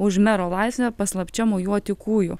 už mero laisvę paslapčia mojuoti kūju